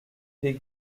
paix